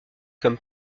comme